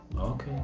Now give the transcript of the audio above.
Okay